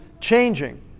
changing